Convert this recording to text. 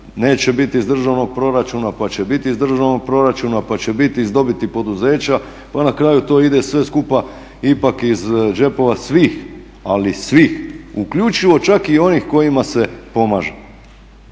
neće biti iz državnog proračuna, pa će biti iz državnog proračuna, pa će biti iz dobiti poduzeća pa na kraju to ide sve skupa ipak iz džepova svih, ali svih uključivo čak i onih kojima se pomaže,